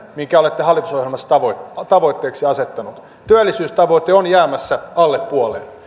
minkä olette hallitusohjelmassa tavoitteeksi asettaneet työllisyystavoite on jäämässä alle puoleen